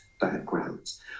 backgrounds